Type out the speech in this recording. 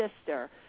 sister